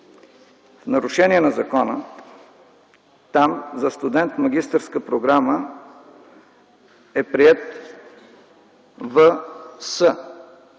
в нарушение на закона там за студент магистърска програма е приет В.С.